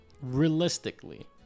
realistically